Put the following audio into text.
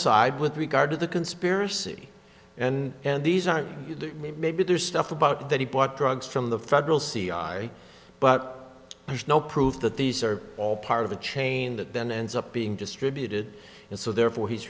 side with regard to the conspiracy and and these are maybe there's stuff about that he bought drugs from the federal c i but there's no proof that these are all part of a chain that then ends up being distributed and so therefore he's